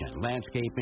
landscaping